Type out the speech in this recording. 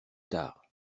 tard